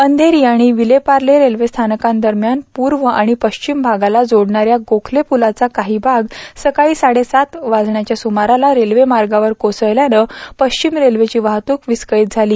अर्थेरी आणि विलेपाले रेल्वेस्वानकांदरम्यान पूर्व आणि पश्चिम भागाला जोडणाऱ्या गोखले पुलाचा काही भाग सकाळी साडेसात वाजण्याच्या सुमाराला रेल्वेमार्गावर कोसळल्यानं पश्विम रेल्वेची वाहतूक विस्कळीत झाली